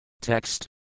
Text